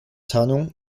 tarnung